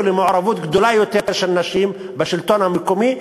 למעורבות גדולה יותר של נשים בשלטון המקומי,